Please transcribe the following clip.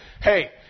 hey